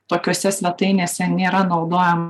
tokiose svetainėse nėra naudojam